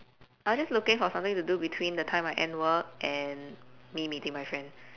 I was just looking for something to do between the time I end work and me meeting my friend